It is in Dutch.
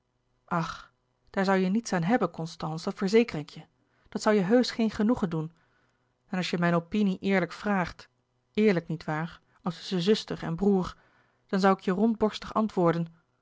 ach daar zoû je niets aan hebben constance dat verzeker ik je dat zoû je heusch geen genoegen doen en als je mijn opinie eerlijk vraagt eerlijk niet waar als tusschen zuster en broêr dan zoû ik je rondborstig antwoorden